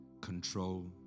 control